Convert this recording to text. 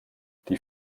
die